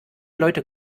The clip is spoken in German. leute